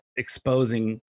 exposing